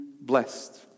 blessed